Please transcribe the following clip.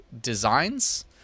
designs